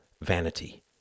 vanity